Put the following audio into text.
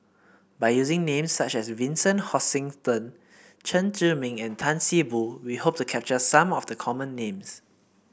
by using names such as Vincent Hoisington Chen Zhiming and Tan See Boo we hope to capture some of the common names